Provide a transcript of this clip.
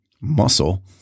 muscle